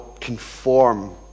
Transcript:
conform